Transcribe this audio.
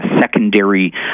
secondary